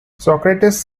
socrates